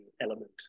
element